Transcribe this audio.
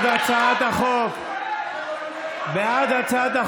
ההצעה להעביר את הצעת חוק התקשורת (בזק ושידורים) (תיקון,